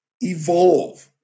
evolve